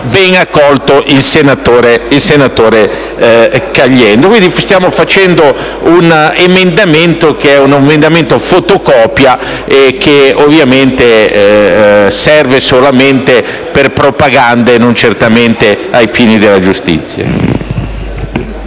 ben ha colto il senatore Caliendo. Stiamo facendo un emendamento fotocopia, che ovviamente serve solamente per propaganda e non certamente ai fini della giustizia.